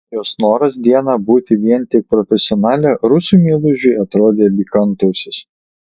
jos noras dieną būti vien tik profesionale rusui meilužiui atrodė lyg antausis